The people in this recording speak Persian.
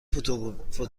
فتوکپی